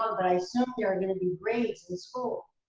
i assume there going to be grades in school.